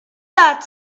that